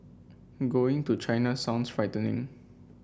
going to China sounds frightening